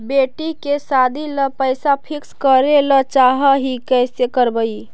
बेटि के सादी ल पैसा फिक्स करे ल चाह ही कैसे करबइ?